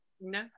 no